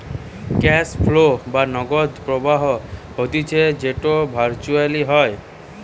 cash flow বা নগদ প্রবাহ হতিছে যেটো ভার্চুয়ালি হয়